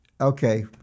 okay